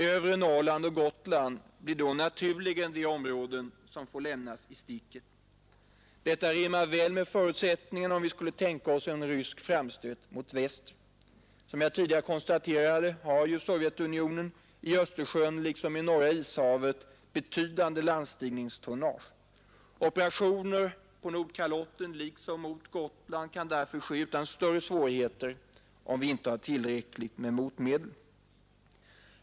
Övre Norrland och Gotland blir då naturligen de områden som får lämnas i sticket. Detta rimmar väl med förutsättningarna om vi skulle tänka oss en rysk framstöt mot väster. Som jag tidigare konstaterat har Sovjetunionen i Östersjön liksom i Norra ishavet ett betydande landstigningstonnage. Operationer på Nordkalotten liksom mot Gotland kan därför ske utan större svårigheter, om vi inte har tillräckligt med motmedel.